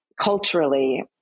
culturally